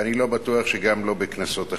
ואני לא בטוח שגם לא בכנסות אחרות.